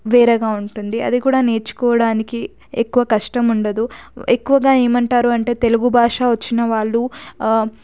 వేరేగా ఉంటుంది అది కూడా నేర్చుకోవడానికి ఎక్కువ కష్టం ఉండదు ఎక్కువగా ఏమంటారు అంటే తెలుగు భాష వచ్చిన వాళ్ళు